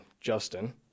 Justin